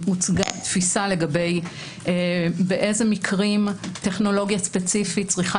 הוצגה תפיסה לגבי באילו מקרים טכנולוגיה ספציפית צריכה